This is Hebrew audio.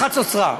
חצוצרה.